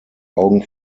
augen